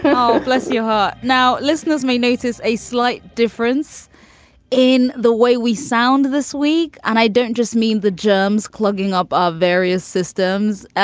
oh, bless your heart now, listeners may notice a slight difference in the way we sound this week. and i don't just mean the germs clogging up our various systems.